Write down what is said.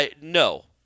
no